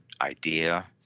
idea